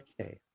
Okay